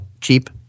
Cheap